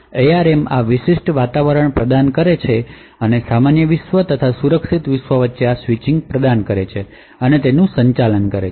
તેથી એઆરએમ આ વિશિષ્ટ વાતાવરણ પ્રદાન કરે છે અને સામાન્ય વિશ્વ અને સુરક્ષિત વિશ્વની વચ્ચે આ સ્વિચ પ્રદાન કરે છે અને તેનું સંચાલન કરે છે